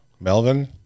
Melvin